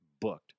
booked